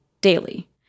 daily